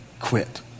quit